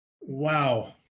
Wow